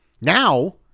Now